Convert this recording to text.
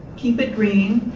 keep it green,